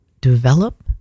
develop